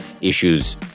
issues